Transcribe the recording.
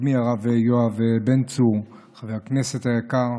וקודמי הרב יואב בן צור, חבר הכנסת היקר,